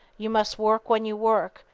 you must work when you work,